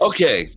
Okay